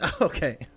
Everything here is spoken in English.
Okay